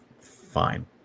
fine